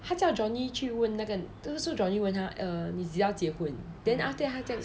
她叫 johnny 去问那个就是 johnny 去问她 err 你几时要结婚 then after that 她讲